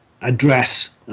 address